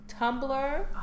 Tumblr